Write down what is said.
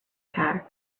tire